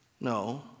No